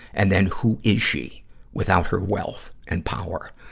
and then who is she without her wealth and power?